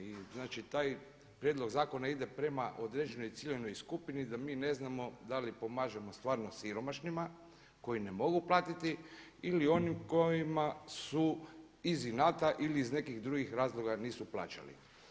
I znači taj prijedlog zakona ide prema određenoj ciljanoj skupini da mi ne znamo da li pomažemo stvarno siromašnima koji ne mogu platiti ili onima kojima su iz inata ili iz nekih drugih razloga nisu plaćali.